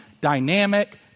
dynamic